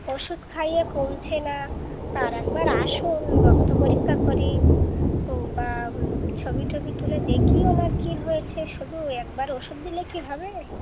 ওষুধ খাইয়ে কমছে না তা আর একবার আসুন রক্ত পরীক্ষা করি ও বা ছবি টবি তুলে দেখি ওঁর কী হয়েছে শুধু একবার ওষুধ দিলে কি হবে